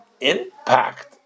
impact